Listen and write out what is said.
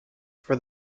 for